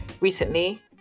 recently